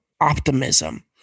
optimism